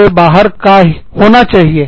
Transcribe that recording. उसे बाहर का होना चाहिए